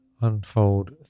unfold